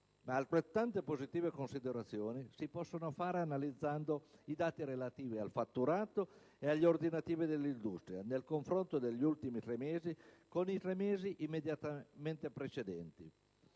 Altrettanto positive considerazioni si possono fare analizzando i dati relativi al fatturato e agli ordinativi dell'industria nel confronto degli ultimi tre mesi con i tre mesi immediatamente precedenti